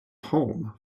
home